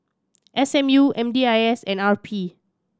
S M U M D I S and R P